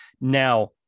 Now